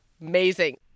amazing